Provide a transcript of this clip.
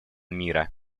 мира